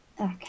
Okay